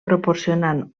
proporcionant